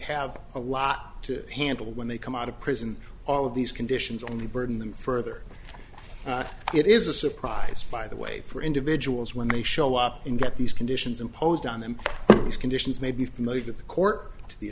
have a lot to handle when they come out of prison all of these conditions only burden them further it is a surprise by the way for individuals when they show up and get these conditions imposed on them these conditions may be familiar to the court the